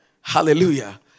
Hallelujah